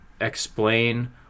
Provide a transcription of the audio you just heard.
explain